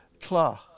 Claw